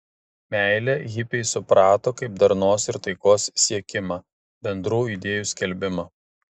meilę hipiai suprato kaip darnos ir taikos siekimą bendrų idėjų skelbimą